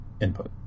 input